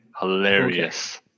Hilarious